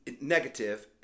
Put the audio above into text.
negative